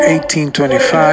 1825